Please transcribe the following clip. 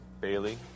Bailey